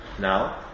now